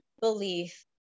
belief